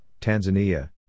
Tanzania